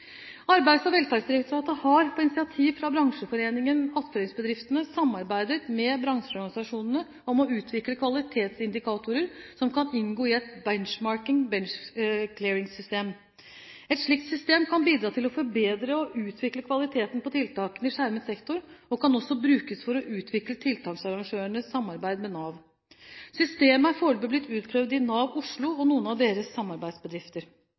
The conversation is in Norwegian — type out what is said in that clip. Arbeids- og velferdsdirektoratet har, på initiativ fra bransjeforeningen Attføringsbedriftene, samarbeidet med bransjeorganisasjonene om å utvikle kvalitetsindikatorer som kan inngå i et benchmarking/benchlearningssystem. Et slikt system kan bidra til å forbedre og utvikle kvaliteten på tiltakene i skjermet sektor og kan også brukes for å utvikle tiltaksarrangørenes samarbeid med Nav. Systemet er foreløpig blitt utprøvd i Nav Oslo og noen av deres samarbeidsbedrifter.